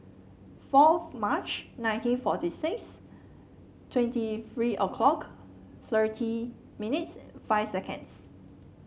forth March nineteen forty six twenty three a clock thirty minutes five seconds